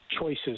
choices